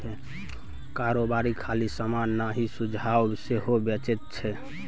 कारोबारी खाली समान नहि सुझाब सेहो बेचै छै